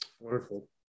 Wonderful